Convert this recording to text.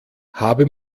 habe